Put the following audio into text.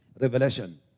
Revelation